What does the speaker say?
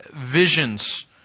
visions